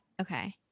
Okay